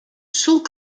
sont